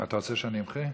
אתה רוצה שאני אמחה?